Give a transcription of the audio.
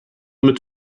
mit